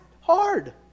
hard